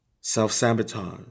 self-sabotage